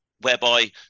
whereby